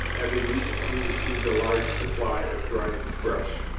having recently received a large supply of dried brush.